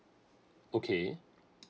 okay